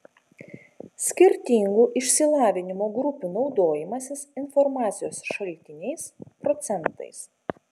skirtingų išsilavinimo grupių naudojimasis informacijos šaltiniais procentais